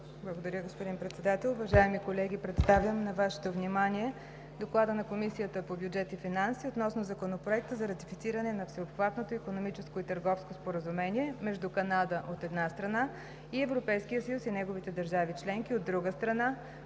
Благодаря, господин Председател. Уважаеми колеги, представям на Вашето внимание: „ДОКЛАД на Комисията по бюджет и финанси относно Законопроект за ратифициране на Всеобхватното икономическо и търговско споразумение между Канада, от една страна, и Европейския съюз и неговите държави членки, от друга страна,